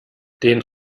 den